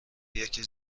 یکی